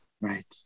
Right